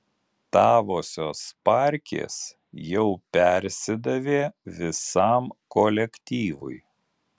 tavosios parkės jau persidavė visam kolektyvui